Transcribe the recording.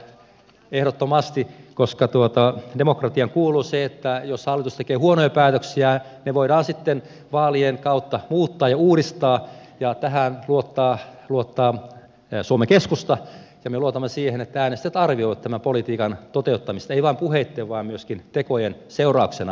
ehdottomasti koska demokratiaan kuuluu se että jos hallitus tekee huonoja päätöksiä ne voidaan sitten vaalien kautta muuttaa ja uudistaa ja tähän luottaa suomen keskusta ja me luotamme siihen että äänestäjät arvioivat tämän politiikan toteuttamista ei vain puheitten vaan myöskin tekojen seurauksena